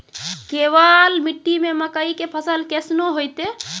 केवाल मिट्टी मे मकई के फ़सल कैसनौ होईतै?